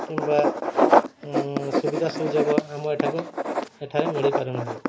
କିମ୍ବା ସୁବିଧା ସୁଯୋଗ ଆମ ଏଠାକୁ ଏଠାରେ ମିଳିପାରୁନାହିଁ